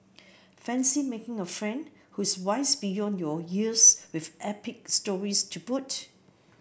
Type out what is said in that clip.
fancy making a friend who's wise beyond your years with epic stories to boot